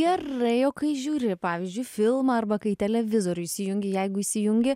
gerai o kai žiūri pavyzdžiui filmą arba kai televizorių įsijungi jeigu įsijungi